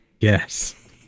Yes